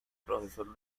profesor